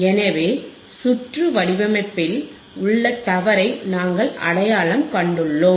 எனவே சுற்று வடிவமைப்பில் உள்ள தவறை நாங்கள் அடையாளம் கண்டுள்ளோம்